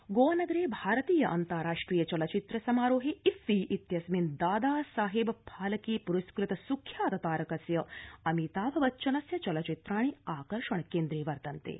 गोआ गोआनगरे भारतीय अन्ताराष्ट्रिय चलचित्र समारोहे इफ्फी इत्यस्मिन् दादा साहेब फाल्के प्रस्कृत म्ख्यात तारकस्य अमिताभ बच्चनस्य चलचित्राणि आकर्षण केन्द्रे वर्तन्ते